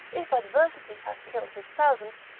if adversity hath killed his thousand,